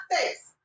face